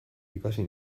ikasi